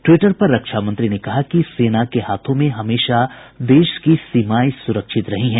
Twitter पर रक्षा मंत्री ने कहा कि सेना के हाथों में हमेशा देश की सीमाएं सुरक्षित रही हैं